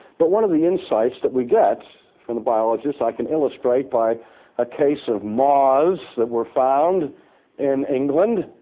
but one of the insights that we get from the biologists, i can illustrate by a case of moths that were found in england,